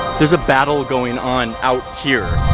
there's a battle going on out here.